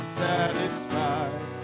satisfied